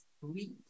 sweet